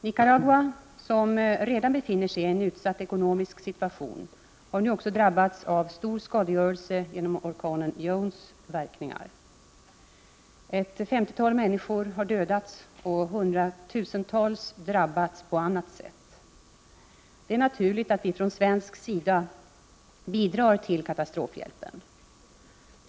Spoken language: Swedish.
Nicaragua, som redan befinner sig i en utsatt ekonomisk situation, har nu också drabbats av stor skadegörelse genom orkanen Joans verkningar. Ett femtiotal människor har dödats och hundratusentals drabbats på annat sätt. Det är naturligt att vi från svensk sida bidrar till katastrofhjälpen.